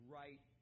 right